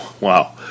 wow